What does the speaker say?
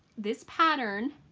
this pattern